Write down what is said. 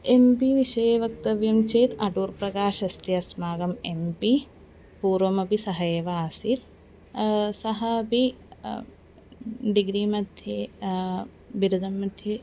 M P विषये वक्तव्यं चेत् अटूर् प्रकाशः अस्ति अस्माकम् एम् पि पूर्वमपि सः एव आसीत् सः अपि डिग्री मध्ये बिरदं मध्ये